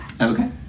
Okay